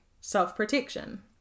self-protection